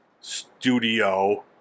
studio